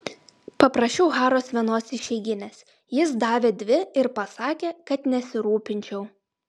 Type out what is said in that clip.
paprašiau haros vienos išeiginės jis davė dvi ir pasakė kad nesirūpinčiau